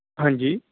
ਹਾਂਜੀ